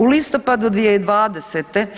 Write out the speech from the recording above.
U listopadu 2020.